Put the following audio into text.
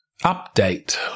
Update